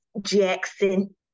Jackson